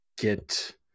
get